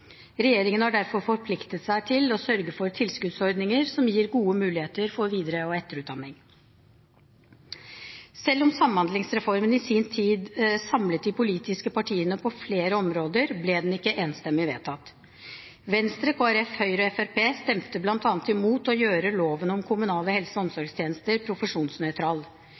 Regjeringen har derfor forpliktet seg til å sørge for tilskuddsordninger som gir gode muligheter for videre- og etterutdanning. Selv om Samhandlingsreformen i sin tid samlet de politiske partiene på flere områder, ble den ikke enstemmig vedtatt. Venstre, Kristelig Folkeparti, Høyre og Fremskrittspartiet stemte bl.a. imot å gjøre loven om kommunale helse- og omsorgstjenester profesjonsnøytral.